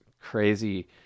crazy